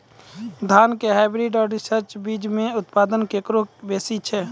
धान के हाईब्रीड और रिसर्च बीज मे उत्पादन केकरो बेसी छै?